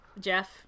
jeff